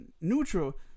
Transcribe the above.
neutral